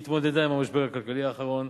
היא התמודדה עם המשבר הכלכלי האחרון,